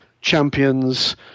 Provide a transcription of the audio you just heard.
champions